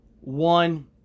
One